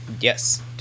Yes